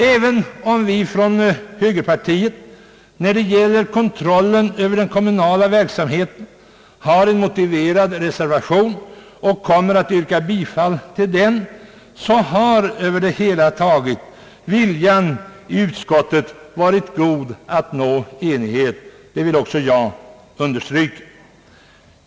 Även om vi från högerpartiet när det gäller kontrollen över den kommunala verksamheten har en motiverad reservation och kommer att yrka bifall till den, har på det hela taget viljan i utskottet att nå enighet varit god. Det vill även jag understryka.